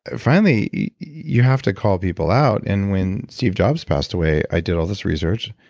ah finally you have to call people out and when steve jobs passed away i did all this research.